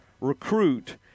recruit